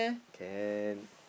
can